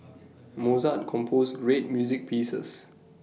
Mozart composed great music pieces